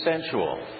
sensual